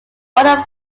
all